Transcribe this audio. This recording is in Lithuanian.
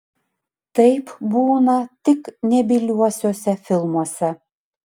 taip būna tik nebyliuosiuose filmuose